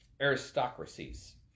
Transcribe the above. Aristocracies